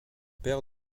pair